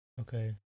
Okay